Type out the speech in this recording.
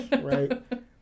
right